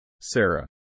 Sarah